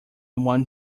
one